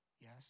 Yes